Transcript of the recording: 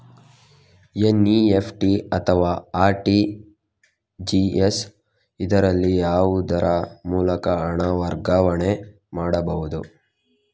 NEFT ಅಥವಾ RTGS, ಇದರಲ್ಲಿ ಯಾವುದರ ಮೂಲಕ ಹಣ ವರ್ಗಾವಣೆ ಮಾಡಬಹುದು?